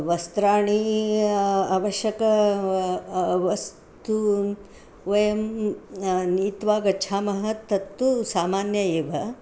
वस्त्राणि आवश्यकानि वस्तून् वयं नीत्वा गच्छामः तत्तु सामान्यम् एव